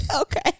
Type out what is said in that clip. Okay